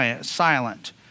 silent